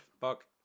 fuck